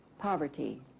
poverty